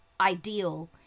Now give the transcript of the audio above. ideal